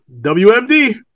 WMD